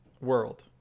world